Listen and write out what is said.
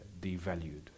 devalued